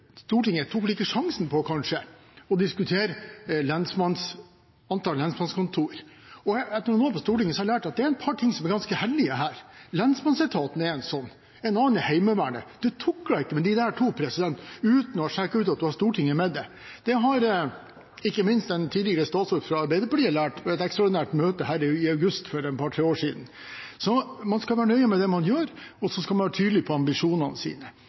tok sjansen på å diskutere antall lensmannskontor. Etter noen år på Stortinget har jeg lært at det er et par ting som er ganske hellige her. Lensmannsetaten er en sånn. En annen er Heimevernet. Man tukler ikke med de to uten å sjekke ut at man har Stortinget med seg. Det har ikke minst en tidligere statsråd fra Arbeiderpartiet lært ved et ekstraordinært møte her i august for et par–tre år siden. Man skal være nøye med det man gjør, og så skal man være tydelig på ambisjonene sine.